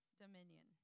dominion